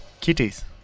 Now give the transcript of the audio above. Kitties